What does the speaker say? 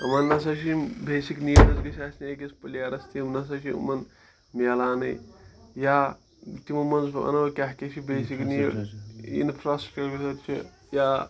وۄنۍ ہَسا چھِ یِم بیسِک نیٖڈٕز گٔژھۍ آسِنہِ أکِس پٕلیرَس تِم نہ سا چھِ یِمَن میلانٕے یا تِمو منٛز وَنو کیٛاہ کیٛاہ چھِ بیسِک نیٖڈ زَن چھِ یا